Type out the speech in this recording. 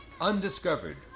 undiscovered